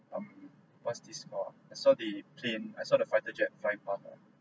um what's this call ah I saw the plane I saw the fighter jet flying past ah